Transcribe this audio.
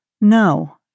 No